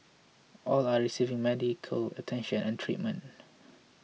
all are receiving medical attention and treatment